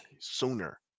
sooner